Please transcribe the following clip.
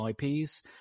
IPs